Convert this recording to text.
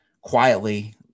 quietly